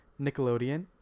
Nickelodeon